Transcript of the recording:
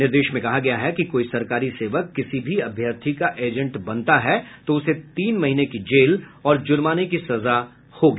निर्देश में कहा गया है कि कोई सरकारी सेवक किसी भी अभ्यर्थी का एजेंट बनता है तो उसे तीन महीने की जेल और जुर्माने की सजा होगी